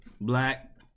black